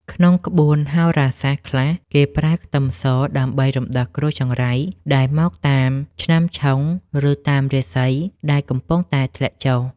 ក្នុងក្បួនហោរាសាស្ត្រខ្លះគេប្រើខ្ទឹមសដើម្បីរំដោះគ្រោះចង្រៃដែលមកតាមឆ្នាំឆុងឬតាមរាសីដែលកំពុងតែធ្លាក់ចុះ។